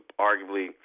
Arguably